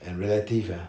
and relative ah